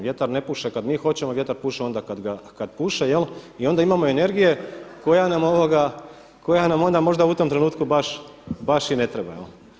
Vjetar ne puše kada mi hoćemo, vjetar puše onda kada puše i onda imamo energije koja nam možda u tom trenutku baš i ne treba.